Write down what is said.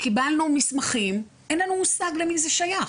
קיבלנו מסמכים, אין לנו מושג למי זה שייך.